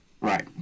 Right